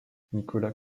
nicolas